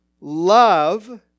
Love